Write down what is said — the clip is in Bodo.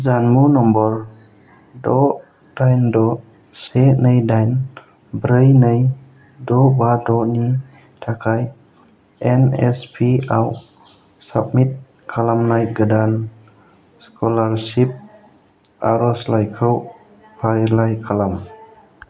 जानबुं नाम्बार द' दाइन द' से नै दाइन ब्रै नै द' बा द' नि थाखाय एन एस पि आव साबमिट खालामनाय गोदान स्क'लारशिप आर'जलाइखौ फारिलाइ खालाम